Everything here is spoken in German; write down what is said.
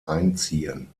einziehen